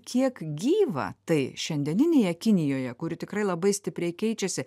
kiek gyva tai šiandieninėje kinijoje kuri tikrai labai stipriai keičiasi